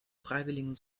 freiwilligen